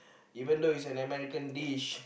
even though is an American dish